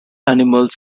animals